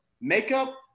makeup